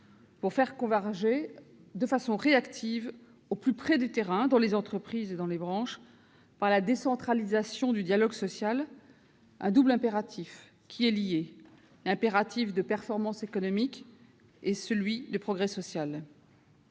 pour faire converger de façon réactive, au plus près du terrain, dans les entreprises et dans les branches, par la décentralisation du dialogue social, deux impératifs qui sont liés, un impératif de performance économique et un impératif de progrès social.